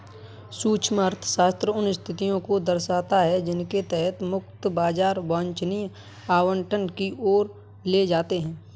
सूक्ष्म अर्थशास्त्र उन स्थितियों को दर्शाता है जिनके तहत मुक्त बाजार वांछनीय आवंटन की ओर ले जाते हैं